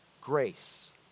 grace